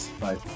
Bye